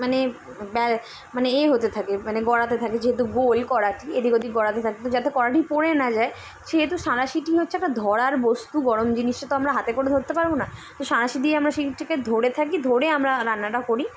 মানে মানে এ হতে থাকে মানে গড়াতে থাকে যেহেতু গোই কড়াটি এদিক ওদিক গড়াতে থাকে তো যাতে কড়াটি পড়ে না যায় সেহেতু সাঁড়াশিটি হচ্ছে একটা ধরার বস্তু গরম জিনিসটা তো আমরা হাতে করে ধরতে পারবো না তো সাঁড়াশিটি দিয়ে আমরা সেইটিকে ধরে থাকি ধরে আমরা রান্নাটা করি